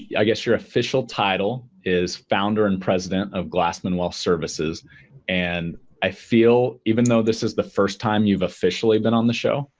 i guess your official title is founder and president of glassman wealth services and i feel even though this is the first time you've efficiently been on the show,